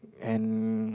and